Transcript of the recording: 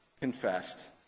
confessed